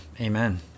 amen